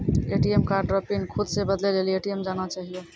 ATM card रो पिन खुद से बदलै लेली ए.टी.एम जाना चाहियो